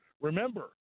Remember